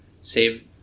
save